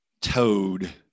toad